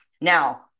Now